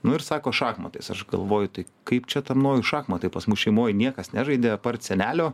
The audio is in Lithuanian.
nu ir sako šachmatais aš galvoju tai kaip čia tą nojų šachmatai pas mus šeimoj niekas nežaidė apart senelio